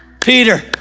Peter